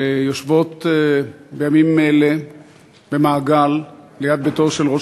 שיושבות בימים אלה במעגל ליד ביתו של ראש